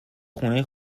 خونه